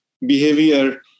behavior